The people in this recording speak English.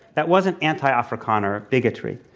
that wasn't anti-afrikaner bigotry.